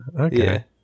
okay